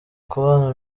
kubana